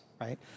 right